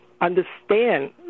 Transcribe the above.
understand